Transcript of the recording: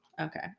Okay